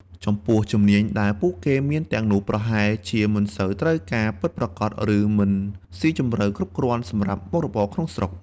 ចំពោះជំនាញដែលពួកគេមានទាំងនោះប្រហែលជាមិនសូវត្រូវការពិតប្រាកដ ឬមិនស៊ីជម្រៅគ្រប់គ្រាន់សម្រាប់មុខរបរក្នុងស្រុក។